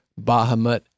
Bahamut